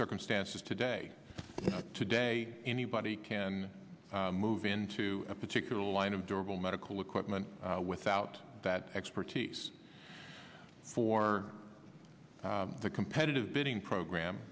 circumstances today today anybody can move into a particular line of durable medical equipment without that expertise for the competitive bidding program